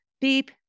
beep